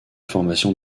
formation